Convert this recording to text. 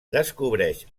descobreix